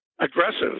aggressive